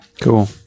Cool